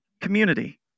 community